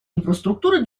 инфраструктуры